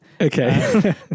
okay